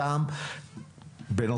עקב עלייה במחירי הבשר לצרכן,